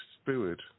spirit